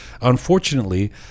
Unfortunately